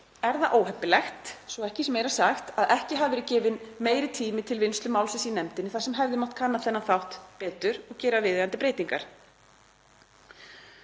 er það óheppilegt, svo ekki sé meira sagt, að ekki hafi verið gefinn frekari tími til vinnslu málsins í nefndinni þar sem hefði mátt kanna þennan þátt betur og gera viðeigandi breytingar.